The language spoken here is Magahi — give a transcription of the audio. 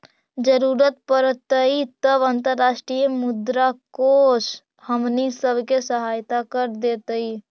जरूरत पड़तई तब अंतर्राष्ट्रीय मुद्रा कोश हमनी सब के सहायता कर देतई